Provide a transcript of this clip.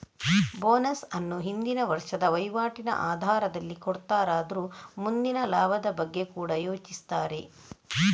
bonus ಅನ್ನು ಹಿಂದಿನ ವರ್ಷದ ವೈವಾಟಿನ ಆಧಾರದಲ್ಲಿ ಕೊಡ್ತಾರಾದ್ರೂ ಮುಂದಿನ ಲಾಭದ ಬಗ್ಗೆ ಕೂಡಾ ಯೋಚಿಸ್ತಾರೆ